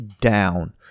down